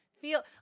feel